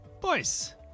boys